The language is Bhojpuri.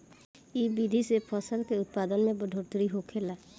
इ विधि से फसल के उत्पादन में बढ़ोतरी होखेला